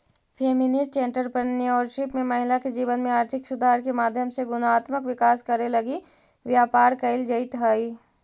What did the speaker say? feminist entrepreneurship में महिला के जीवन में आर्थिक सुधार के माध्यम से गुणात्मक विकास करे लगी व्यापार कईल जईत हई